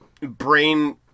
brain